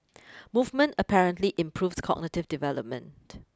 movement apparently improves cognitive development